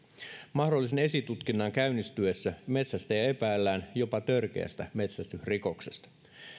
mahdollisen esitutkinnan käynnistyessä metsästäjää epäillään jopa törkeästä metsästysrikoksesta